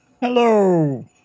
Hello